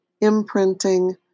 imprinting